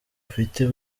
ufite